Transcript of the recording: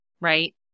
right